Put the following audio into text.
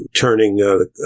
turning